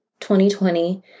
2020